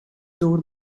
door